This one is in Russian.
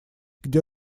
где